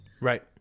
Right